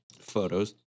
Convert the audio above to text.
photos